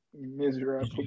Miserable